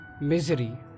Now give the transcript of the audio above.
Misery